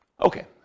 okay